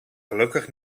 gelukkig